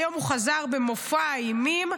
היום הוא חזר במופע אימים,